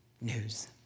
news